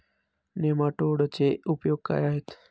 नेमाटोडचे उपयोग काय आहेत?